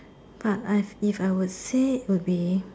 but I if I would say would be